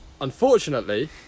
Unfortunately